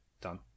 Done